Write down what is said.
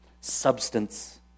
substance